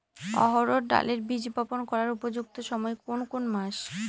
অড়হড় ডালের বীজ বপন করার উপযুক্ত সময় কোন কোন মাস?